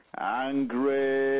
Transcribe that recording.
angry